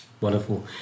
Wonderful